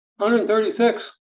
136